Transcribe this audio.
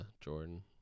Jordan